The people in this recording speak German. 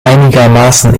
einigermaßen